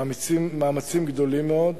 אנחנו עושים מאמצים גדולים מאוד.